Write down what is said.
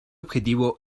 objetivo